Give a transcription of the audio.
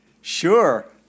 Sure